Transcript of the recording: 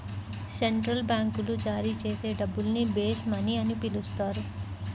central బ్యాంకులు జారీ చేసే డబ్బుల్ని బేస్ మనీ అని పిలుస్తారు